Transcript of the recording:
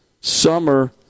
summer